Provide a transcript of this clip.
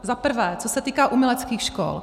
Za prvé, co se týká uměleckých škol.